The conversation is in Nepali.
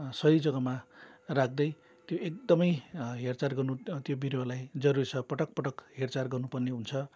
सही जगामा राख्दै त्यो एकदमै हेरचाह गर्नु त्यो बिरुवालाई जरुरी छ पटक पटक हेरचाह गर्नु पर्ने हुन्छ